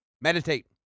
Meditate